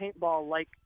paintball-like